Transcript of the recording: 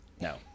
no